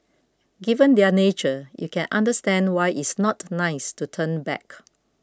given their nature you can understand why it's not nice to turn back